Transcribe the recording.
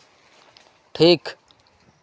ᱴᱷᱤᱠ